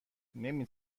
نمی